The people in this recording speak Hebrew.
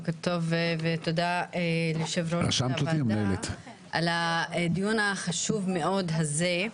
בוקר טוב ותודה ליושב ראש הוועדה על הדיון החשוב מאוד הזה.